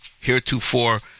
heretofore